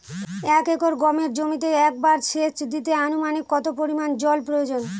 এক একর গমের জমিতে একবার শেচ দিতে অনুমানিক কত পরিমান জল প্রয়োজন?